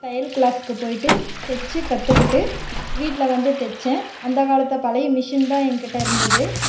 தையல் கிளாஸுக்கு போயிட்டு தச்சி கற்றுக்கிட்டு வீட்டில் வந்து தச்சேன் அந்தக் காலத்தை பழைய மிஷின் தான் எங்கிட்ட இருந்தது